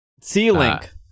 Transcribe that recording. C-Link